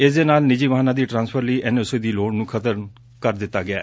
ਇਸ ਦੇ ਨਾਲ ਨਿੱਜੀ ਵਾਹਨਾਂ ਦੀ ਟਰਾਂਸਫਰ ਲਈ ਐਨ ਓ ਸੀ ਦੀ ਲੋੜ ਨੂੰ ਖਤਮ ਕਰ ਦਿੱਤਾ ਗਿਐ